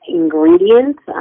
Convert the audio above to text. ingredients